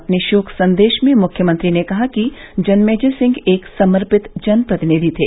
अपने शोक संदेश में मुख्यमंत्री ने कहा कि जन्मेजय सिंह एक समर्पित जनप्रतिनिधि थे